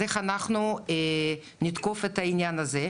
אז איך אנחנו נתקוף את העניין הזה.